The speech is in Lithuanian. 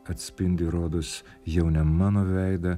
atspindi rodos jau ne mano veidą